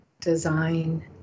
design